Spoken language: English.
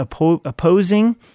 opposing